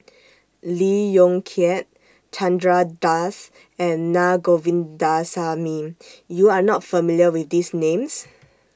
Lee Yong Kiat Chandra Das and Na Govindasamy YOU Are not familiar with These Names